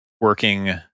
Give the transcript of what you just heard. working